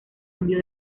cambió